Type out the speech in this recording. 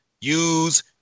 use